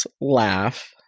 laugh